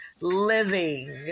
living